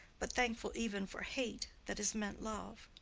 but thankful even for hate that is meant love.